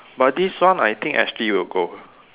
but this one I think Ashley will go